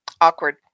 Awkward